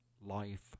life